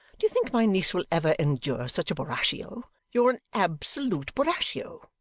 d'ye think my niece will ever endure such a borachio? you're an absolute borachio.